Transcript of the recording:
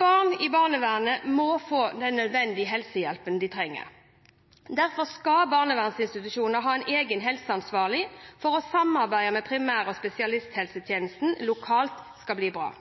Barn i barnevernet må få den helsehjelpen de trenger. Derfor skal barnevernsinstitusjonene ha en egen helseansvarlig for at samarbeidet med primær- og spesialisthelsetjenesten lokalt skal bli bra.